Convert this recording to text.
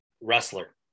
wrestler